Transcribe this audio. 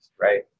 right